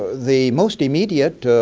the most immediate